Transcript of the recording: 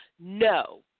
no